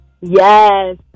Yes